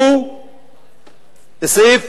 הוא סעיף